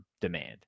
demand